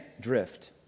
drift